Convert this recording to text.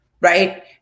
right